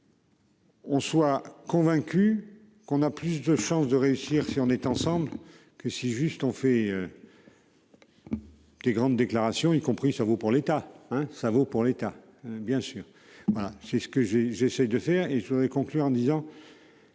On soit convaincu qu'on a plus de chances de réussir si on est ensemble que si juste on fait. Des grandes déclarations, y compris, ça vaut pour l'état hein, ça vaut pour l'État bien sûr. Voilà c'est ce que j'ai, j'essaie de faire et je voudrais conclut en disant.--